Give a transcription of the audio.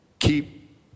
Keep